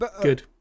Good